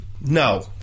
no